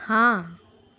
हाँ